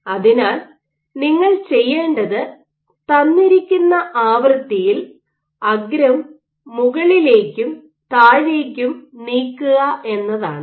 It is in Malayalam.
അതിനാൽ നിങ്ങൾ ചെയ്യേണ്ടത് തന്നിരിക്കുന്ന ആവൃത്തിയിൽ അഗ്രം മുകളിലേക്കും താഴേക്കും നീക്കുക എന്നതാണ്